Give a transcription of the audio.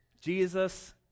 Jesus